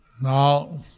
Now